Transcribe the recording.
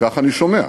וכך אני שומע,